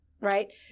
right